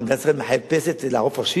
מה, מדינת ישראל מחפשת לערוף ראשים?